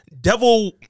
devil